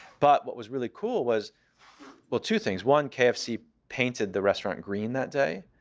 but what was really cool was well, two things one, kfc painted the restaurant green that day,